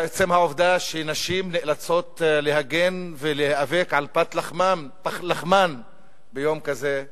עצם העובדה שנשים נאלצות להגן ולהיאבק על פת לחמן ביום כזה,